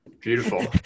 Beautiful